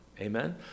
Amen